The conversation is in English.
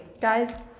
guys